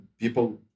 people